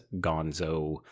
gonzo